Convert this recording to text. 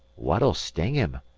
what'll sting him?